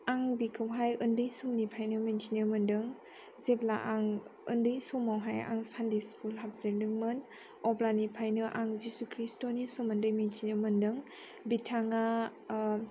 आं बेखौहाय उन्दै समनिफ्रायनो मिन्थिनो मोन्दों जेब्ला आं उन्दै समावहाय आं सान्दे स्कुल हाबजेनदोंमोन अब्लानिफ्रायनो आं जिशु ख्रिष्टनि सोमोन्दै मिथिनो मोन्दों बिथाङा